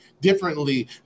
differently